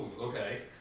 Okay